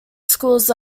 schools